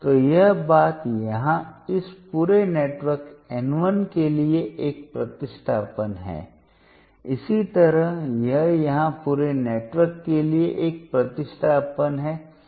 तो यह बात यहाँ इस पूरे नेटवर्क N1 के लिए एक प्रतिस्थापन है इसी तरह यह यहाँ पूरे नेटवर्क के लिए एक प्रतिस्थापन है